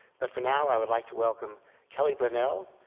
but for now i would like to welcome kelly brownell,